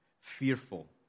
fearful